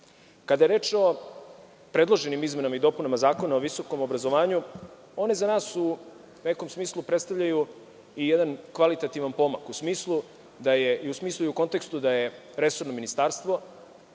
je reč o predloženim izmenama i dopunama Zakona o visokom obrazovanju, one za nas u nekom smislu predstavljaju i jedan kvalitativan pomak i u smislu i u kontekstu da je resorno ministarstvo,